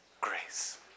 grace